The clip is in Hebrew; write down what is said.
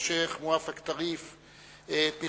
את השיח' מואפק טריף,